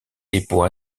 dépôts